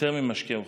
"יותר ממשקהו חלב".